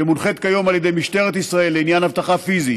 שמונחית כיום על ידי משטרת ישראל לעניין אבטחה פיזית